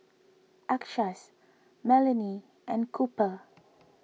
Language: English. Achsahs Melony and Cooper